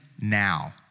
now